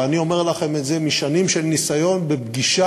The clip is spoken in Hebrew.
ואני אומר לכם את זה על-סמך ניסיון רב-שנים בפגישות